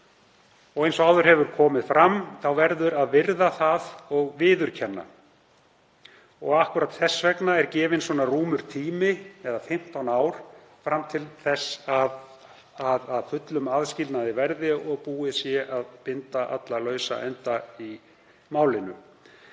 Eins og áður hefur komið fram verður að virða það og viðurkenna. Akkúrat þess vegna er gefinn svona rúmur tími, eða 15 ár, fram til þess að fullur aðskilnaði verði og búið sé að binda alla lausa enda í málinu.